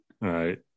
Right